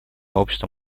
общество